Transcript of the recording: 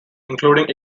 including